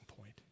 point